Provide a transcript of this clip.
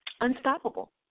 Unstoppable